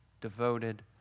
devoted